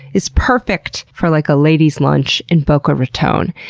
it's perfect for like a ladies lunch in boca raton.